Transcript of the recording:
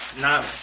No